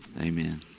Amen